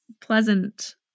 pleasant